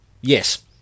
yes